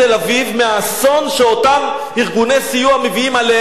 מהאסון שאותם ארגוני סיוע מביאים עליהם.